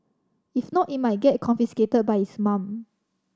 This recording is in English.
if not it might get confiscated by his mum